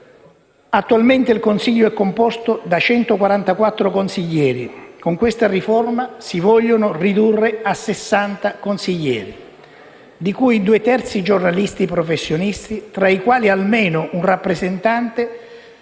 Attualmente il Consiglio è composto da 144 consiglieri che, con la riforma, si vogliono ridurre a 60, di cui due terzi giornalisti professionisti, tra i quali almeno un rappresentante